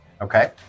Okay